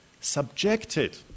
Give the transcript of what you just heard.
subjected